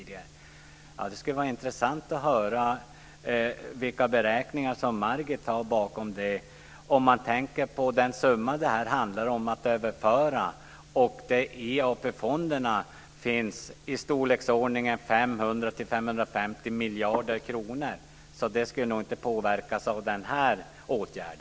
Det skulle vara intressant att höra vilka beräkningar som Margit har bakom det. Man ska tänka på den summa det här handlar om att överföra och att det i AP-fonderna finns i storleksordningen 500-550 miljarder kronor. Det skulle nog inte påverkas av denna åtgärd.